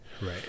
Right